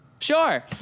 Sure